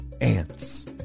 ants